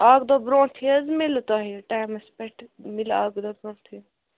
اکھ دۄہ برٛونٛٹھٕے حظ میلہِ تۄہہِ ٹایمَس پٮ۪ٹھ میلہِ اَکھ دۄہ برٛونٛٹھٕے